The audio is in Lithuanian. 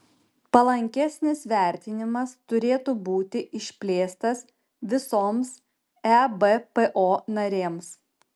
palankesnis vertinimas turėtų būti išplėstas visoms ebpo narėms